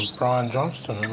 brian johnston and